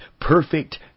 perfect